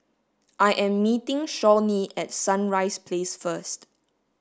I am meeting Shawnee at Sunrise Place first